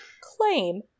claim